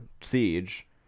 Siege